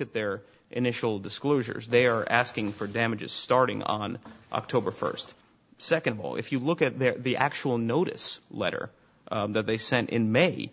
at their initial disclosures they are asking for damages starting on october first second of all if you look at their the actual notice letter that they sent in may